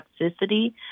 toxicity